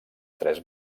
tres